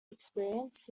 experience